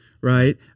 right